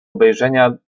obejrzenia